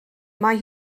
mae